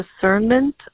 discernment